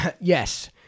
Yes